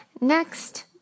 Next